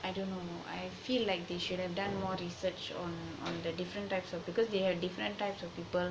I don't know I feel like they should have done more research on on the different types of because they have different types of people